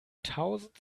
tausend